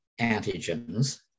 antigens